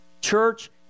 church